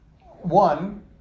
one